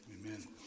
Amen